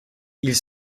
ils